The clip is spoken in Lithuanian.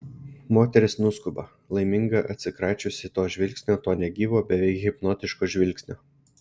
moteris nuskuba laiminga atsikračiusi to žvilgsnio to negyvo beveik hipnotiško žvilgsnio